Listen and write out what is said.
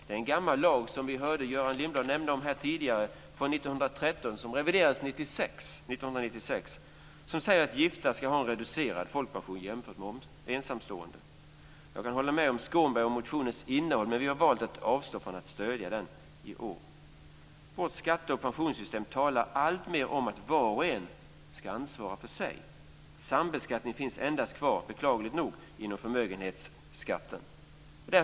I en gammal lag från 1913, reviderad 1996, som tidigare nämnts av Göran Lindblad, stadgas att gifta ska ha en jämfört med ensamstående reducerad pension. Jag kan hålla med Skånberg om motionens innehåll, men vi har valt att avstå från att stödja den i år. Vårt skatte och pensionssystem blir alltmer inriktat på att var och en ska ansvara för sig. Sambeskattning finns endast kvar - beklagligt nog - inom förmögenhetsbeskattningen.